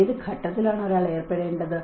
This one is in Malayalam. ഏത് ഘട്ടത്തിലാണ് ഒരാൾ ഏർപ്പെടേണ്ടത്